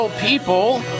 People